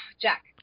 Jack